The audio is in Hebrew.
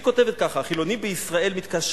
והיא כותבת ככה: "החילונים בישראל מתקשים